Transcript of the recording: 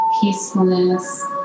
peacefulness